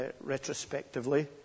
retrospectively